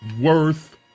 worth